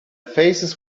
faces